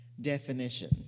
definition